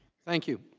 thank you,